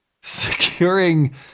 securing